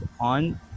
on